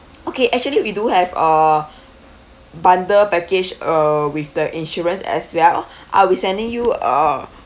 okay actually we do have a bundle package uh with the insurance as well I'll be sending you a